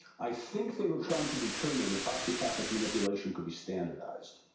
i think they were trying to determine if osteopathic manipulation could be standardized.